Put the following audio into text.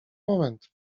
moment